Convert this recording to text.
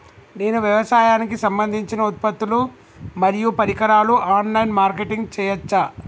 నేను వ్యవసాయానికి సంబంధించిన ఉత్పత్తులు మరియు పరికరాలు ఆన్ లైన్ మార్కెటింగ్ చేయచ్చా?